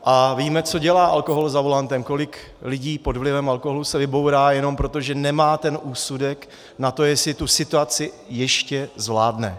A víme, co dělá alkohol za volantem, kolik lidí pod vlivem alkoholu se vybourá jenom proto, že nemá ten úsudek na to, jestli tu situaci ještě zvládne.